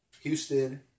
Houston